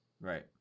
Right